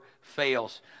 fails